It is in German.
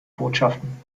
botschaften